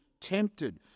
tempted